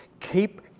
keep